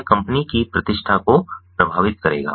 यह कंपनी की प्रतिष्ठा को प्रभावित करेगा